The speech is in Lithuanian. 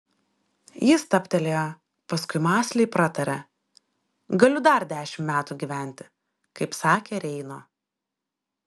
ji stabtelėjo paskui mąsliai pratarė galiu dar dešimt metų gyventi kaip sakė reino